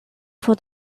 for